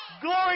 Glory